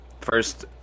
First